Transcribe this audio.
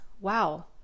wow